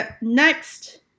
next